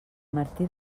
martí